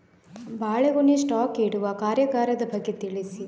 ಬಾಳೆಗೊನೆ ಸ್ಟಾಕ್ ಇಡುವ ಕಾರ್ಯಗಾರದ ಬಗ್ಗೆ ತಿಳಿಸಿ